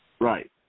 Right